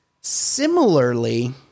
Similarly